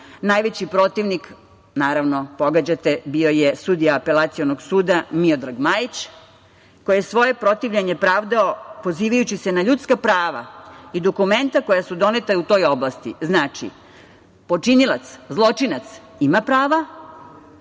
Najveći protivnik, naravno, pogađate, bio je sudija Apelacionog suda, Miodrag Majić, koji je svoje protivljenje pravdao pozivajući se na ljudska prava i dokumenta koja su doneta u toj oblasti. Znači, počinilac, zločinac, ima prava,